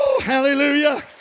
Hallelujah